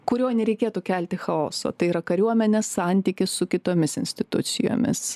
kurio nereikėtų kelti chaoso tai yra kariuomenės santykis su kitomis institucijomis